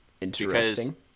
Interesting